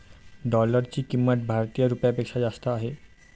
डॉलरची किंमत भारतीय रुपयापेक्षा जास्त आहे